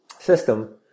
system